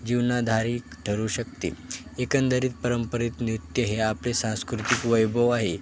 जीवनाधार ठरू शकते एकंदरीत पारंपरिक नृत्य हे आपले सांस्कृतिक वैभव आहे